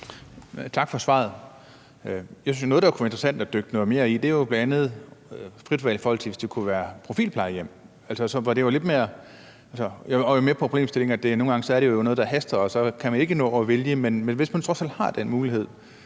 Tak for svaret. Jeg synes, at noget, der kunne være interessant at dykke noget mere ned i, bl.a. er frit valg i forhold til f.eks. profilplejehjem. Jeg er med på problemstillingen i, at nogle gange er det noget, der haster, og at så kan man ikke nå at vælge, men hvis man trods alt har den mulighed,